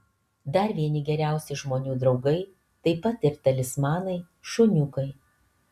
dar vieni geriausi žmonių draugai taip pat ir talismanai šuniukai